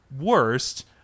worst